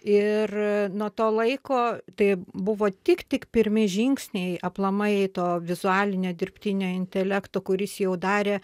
ir nuo to laiko tai buvo tik tik pirmi žingsniai aplamai to vizualinio dirbtinio intelekto kuris jau darė